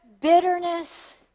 bitterness